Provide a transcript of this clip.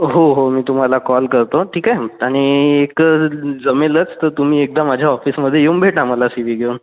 हो हो मी तुम्हाला कॉल करतो ठीक आहे आणि एक जमेलच तर तुम्ही एकदा माझ्या ऑफिसमध्ये येऊन भेटा मला सी वी घेऊन